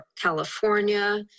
California